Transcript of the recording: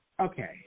Okay